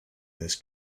this